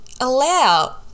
allow